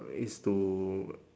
is to